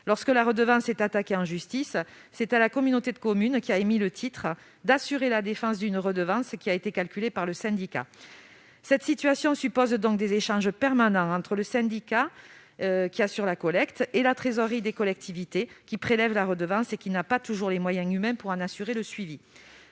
Lorsque la redevance est attaquée en justice, c'est à la communauté de communes émettrice du titre d'assurer la défense d'une redevance calculée par le syndicat. Cela suppose donc des échanges permanents entre le syndicat, qui assure la collecte, et la trésorerie des collectivités, qui prélève la redevance sans toujours disposer des moyens humains pour en assurer le suivi.